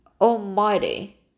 Almighty